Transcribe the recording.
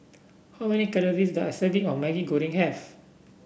how many calories does a serving of Maggi Goreng have